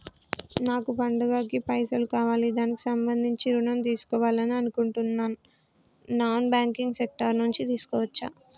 నాకు పండగ కి పైసలు కావాలి దానికి సంబంధించి ఋణం తీసుకోవాలని అనుకుంటున్నం నాన్ బ్యాంకింగ్ సెక్టార్ నుంచి తీసుకోవచ్చా?